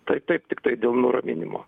tai taip tiktai dėl nuraminimo